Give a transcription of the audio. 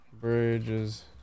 bridges